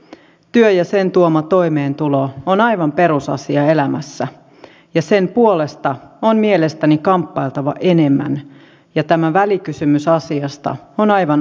työ ja sen tuoma toimeentulo on aivan perusasia elämässä ja sen puolesta on mielestäni kamppailtava enemmän ja tämä välikysymys asiasta on aivan aiheellinen